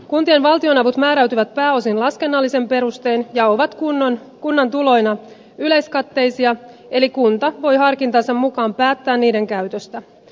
kuntien valtionavut määräytyvät pääosin laskennallisin perustein ja ovat kunnan tuloina yleiskatteisia eli kunta voi harkintansa mukaan päättää niiden käytöstä